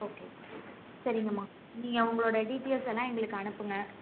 okay சரிங்கம்மா நீங்கள் உங்களோடய டீட்டெய்ல்ஸ் எல்லாம் எங்களுக்கு அனுப்புங்க